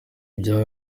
byabaye